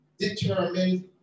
determine